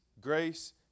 grace